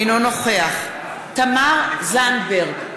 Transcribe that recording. אינו נוכח תמר זנדברג,